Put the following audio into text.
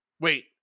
wait